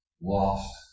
lost